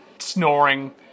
snoring